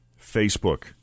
Facebook